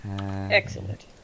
Excellent